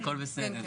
הכל בסדר,